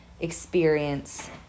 experience